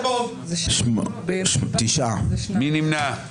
מי נמנע?